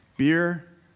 Beer